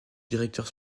directeur